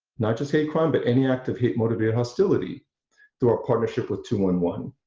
not just hate crime but any act of hate motivated hostility through our partnership with two one one